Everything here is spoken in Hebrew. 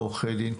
עורכי דין,